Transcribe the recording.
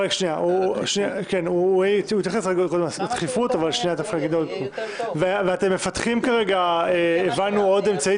התייחס לדחיפות --- אתם מפתחים כרגע עוד אמצעי